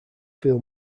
feel